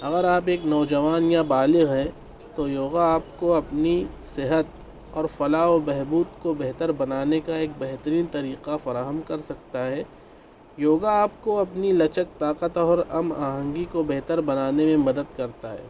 اگر آپ ایک نوجوان یا بالغ ہیں تو یوگا آپ کو اپنی صحت اور فلاح و بہبود کو بہتر بنانے کا ایک بہترین طریقہ فراہم کر سکتا ہے یوگا آپ کو اپنی لچک طاقت اور ہم آہنگی کو بہتر بنانے میں مدد کرتا ہے